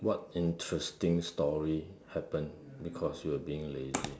what interesting story happened because you were being lazy